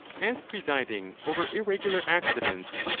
as presiding over irregular accidents,